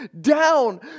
down